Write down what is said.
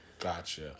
Gotcha